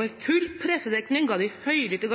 Med full pressedekning ga de høylytte